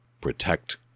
Protect